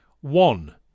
one